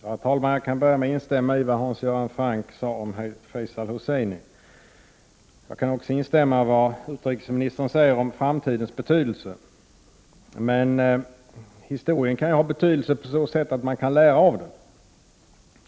Herr talman! Jag kan börja med att instämma i vad Hans Göran Franck sade om Faisal Husseini. Jag kan också instämma i vad utrikesministern sade om framtidens betydelse. Men historien kan ha betydelse på så sätt att man kan lära av den.